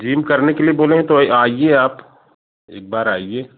gym करने के लिए बोले हैं तो आइए आप एक बार आइए